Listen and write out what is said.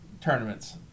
tournaments